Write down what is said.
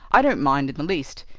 i don't mind in the least.